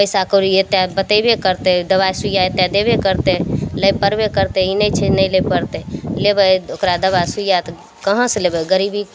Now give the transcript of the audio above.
पैसा कौड़ी एतेख बतइबे करतै दवाइ सुइया एते देभे करतै लै पड़बे करतै ई नही छै नहि लैके पड़तै लेबै ओकरा दवाइ सुइया तऽ कहाँ से लेबै गरीबी